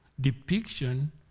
depiction